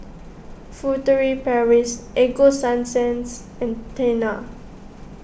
Furtere Paris Ego Sunsense and Tena